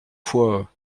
foi